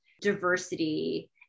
diversity